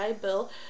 Bill